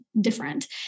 different